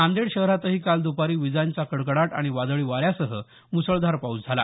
नांदेड शहरातही काल द्पारी विजांचा कडकडाट आणि वादळी वाऱ्यासह मुसळधार पाऊस झाला